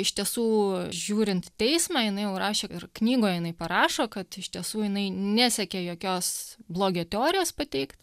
iš tiesų žiūrint teismą jinai jau rašė ir knygoj jinai parašo kad iš tiesų jinai nesekė jokios blogio teorijos pateikt